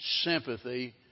sympathy